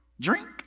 drink